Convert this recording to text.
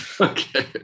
Okay